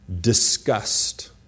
disgust